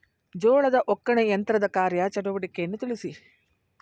ಜೋಳದ ಒಕ್ಕಣೆ ಯಂತ್ರದ ಕಾರ್ಯ ಚಟುವಟಿಕೆಯನ್ನು ತಿಳಿಸಿ?